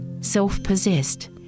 self-possessed